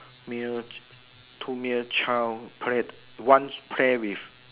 male two male child play one play with